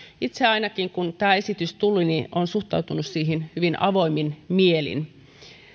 itse kun tämä esitys tuli olen suhtautunut siihen hyvin avoimin mielin